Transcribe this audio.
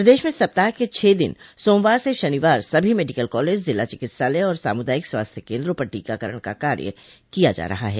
प्रदेश में सप्ताह के छह दिन सोमवार से शनिवार सभी मेडिकल कॉलेज जिला चिकित्सालय और सामूदायिक स्वास्थ्य केन्द्रों पर टीकाकरण का कार्य किया जा रहा है